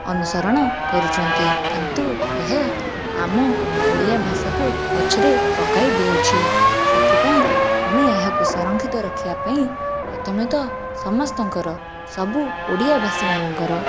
ଅନୁସରଣ କରୁଛନ୍ତି କିନ୍ତୁ ଏହା ଆମ ଓଡ଼ିଆଭାଷାକୁ ପଛରେ ପକାଇଦେଉଛି ସେଥିପାଇଁ ଆମେ ଏହାକୁ ସଂରକ୍ଷିତ ରଖିବାପାଇଁ ପ୍ରଥମେ ତ ସମସ୍ତଙ୍କର ସବୁ ଓଡ଼ିଆବାସୀମାନଙ୍କର